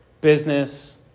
business